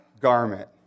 garment